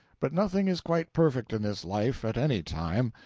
but nothing is quite perfect in this life, at any time.